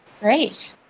Great